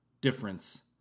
difference